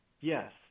Yes